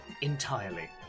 Entirely